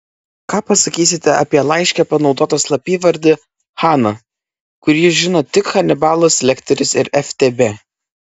ką pasakysite apie laiške panaudotą slapyvardį hana kurį žino tik hanibalas lekteris ir ftb